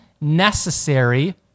necessary